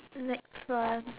next one